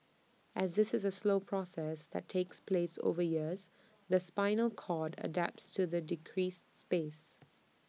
as this is A slow process that takes place over years the spinal cord adapts to the decreased space